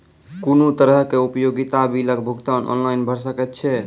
कुनू तरहक उपयोगिता बिलक भुगतान ऑनलाइन भऽ सकैत छै?